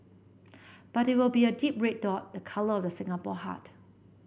but it will be a deep red dot the colour of the Singapore heart